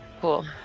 Cool